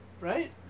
Right